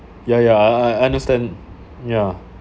yeah yeah I I I understand yeah